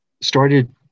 started